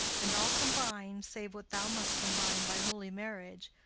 and all combin'd, save what thou must combine by holy marriage.